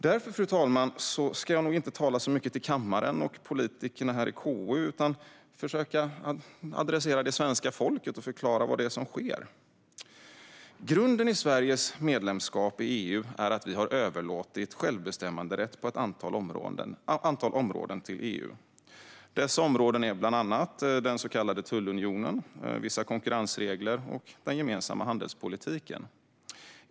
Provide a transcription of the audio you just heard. Därför, fru talman, ska jag nog inte tala så mycket till kammaren och politikerna i KU utan försöka adressera svenska folket och förklara vad det är som sker. Grunden i Sveriges medlemskap i EU är att vi har överlåtit självbestämmanderätt på ett antal områden till EU. Dessa områden är bland annat den så kallade tullunionen, vissa konkurrensregler och den gemensamma handelspolitiken.